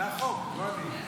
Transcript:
זה החוק, לא אני.